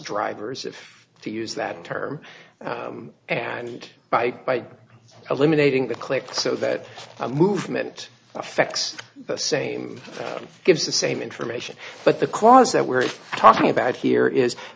drivers if to use that term and by eliminating the click so that a movement affects the same gives the same information but the clause that we're talking about here is